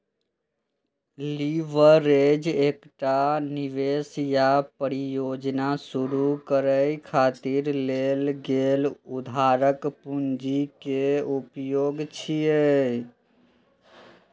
leverage एकटा निवेश या परियोजना शुरू करै खातिर लेल गेल उधारक पूंजी के उपयोग छियै